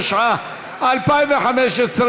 התשע"ה 2015,